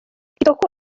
kitoko